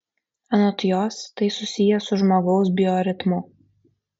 anot jos tai susiję su žmogaus bioritmu